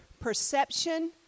perception